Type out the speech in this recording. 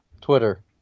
twitter